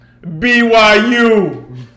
BYU